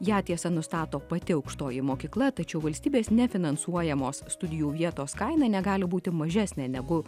ją tiesa nustato pati aukštoji mokykla tačiau valstybės nefinansuojamos studijų vietos kaina negali būti mažesnė negu